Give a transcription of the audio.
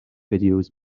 videos